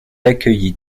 accueillies